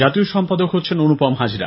জাতীয় সম্পাদক হচ্ছেন অনুপম হাজরা